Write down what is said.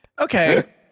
Okay